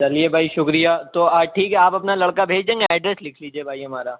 چلیے بھائی شکریہ تو آج ٹھیک ہے آپ اپنا لڑکا بھیج دیں گے ایڈریس لکھ لیجئے ہمارا